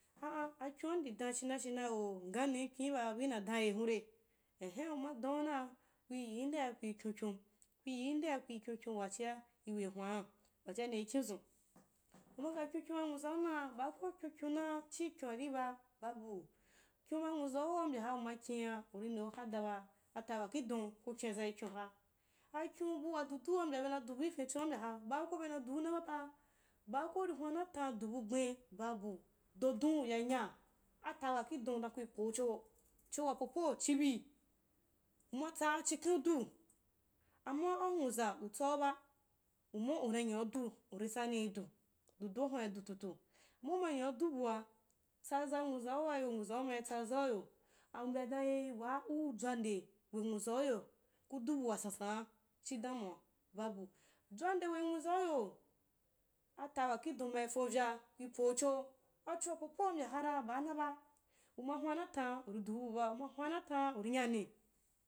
Ah ah akyona ndi dan china china woo, nganin kyoniba bau, na dan aye hure zenhen uma dan yiu naa, kuiyi yinda dea kui kyon kyon, kiu yi yin dea kui kyon kyon wachia kui we hwan’a, wachia nii kinzun uma kyookyon ba nzuwai naa, baa ko ukyon kyon uaa chii yon ari ba, babu kyon ba unwazau wa u mbyaha um kina uri udeu hadaba ata, wakhi don ku kyonzai kyonaha akyon bua dadu a u mbya bena duba fentswen a mbyaha baa ko bena dyma bapa baa ko uri hwana tandu bugben, babu, do dun yanya ata wakidon dan kyi pocho, cho wapopo chi bii umatsa chikhen udu amma uwaza u tsauba amma una uyandu uri tsanni idu, dudua huna ri datutu amma nya udu bua, amma uma nya udu bua, tsaza nwuzau waa yei nwuzau ma itsa zauyi au mbaya dan eh waa u dzawande den eh waa u dzawande we nwuzauyo kudu bua sansan’a xhi damuwa babu, dzwande we nwuzauyo ata wakhi don ma ifovya, ipocho achoa popa u mbyahara baa naba, uma hwanatan uri duu buba uma hwana tan uri nyani